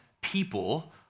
people